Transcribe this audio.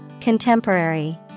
Contemporary